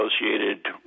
associated